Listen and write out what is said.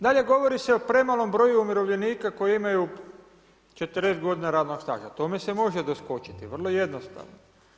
Dalje, govori se o premalom broju umirovljenika, koji imaju 40 g. radnog staža, tome se može doskočiti, vrlo jednostavno.